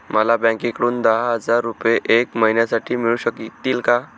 मला बँकेकडून दहा हजार रुपये एक महिन्यांसाठी मिळू शकतील का?